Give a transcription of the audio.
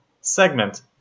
segment